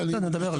בסדר, נדבר על זה.